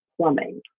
plumbing